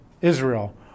Israel